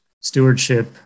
stewardship